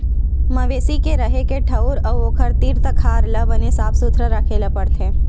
मवेशी के रेहे के ठउर अउ ओखर तीर तखार ल बने साफ सुथरा राखे ल परथे